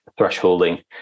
thresholding